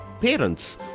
parents